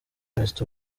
west